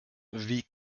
wie